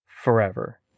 forever